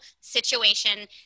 situation